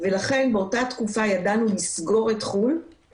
זה אכן דיונים סופר